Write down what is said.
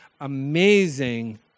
amazing